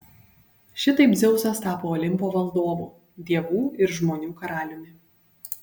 šitaip dzeusas tapo olimpo valdovu dievų ir žmonių karaliumi